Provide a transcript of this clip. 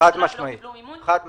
חד משמעית.